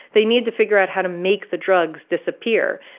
they need to figure out how to make the drugs disappear.